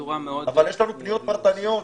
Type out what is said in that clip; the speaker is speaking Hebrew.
אבל יש לנו פניות פרטניות,